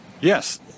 Yes